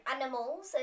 animals